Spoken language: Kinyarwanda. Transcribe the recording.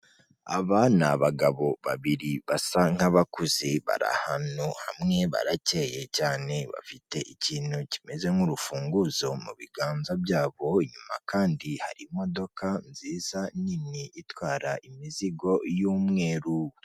Aba ni abagabo babiri basa nk'abakuze ahantu hamwe barakeye cyane, bafite ikintu kimeze nk'urufunguzo mu biganza byabo, inyuma kandi hari imodoka nziza nini itwara imizigo y'umweru.